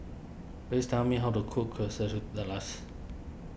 please tell me how to cook Quesadillas